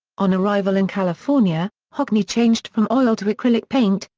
on arrival in california, hockney changed from oil to acrylic paint,